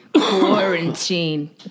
quarantine